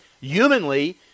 Humanly